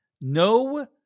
no